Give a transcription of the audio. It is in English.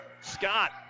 Scott